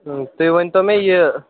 تہٕ تُہۍ ؤنۍتَو مےٚ یہِ